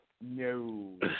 No